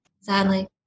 Sadly